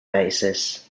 basis